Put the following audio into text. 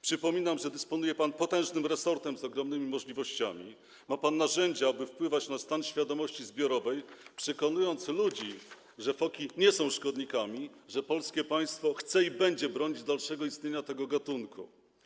Przypominam, że dysponuje pan potężnym resortem z ogromnymi możliwościami, ma pan narzędzia, aby wpływać na stan świadomości zbiorowej, przekonując ludzi, że foki nie są szkodnikami, że polskie państwo chce i będzie bronić dalszego istnienia tego gatunku.